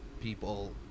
people